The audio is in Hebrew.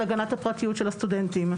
על הגנת הפרטיות של הסטודנטים.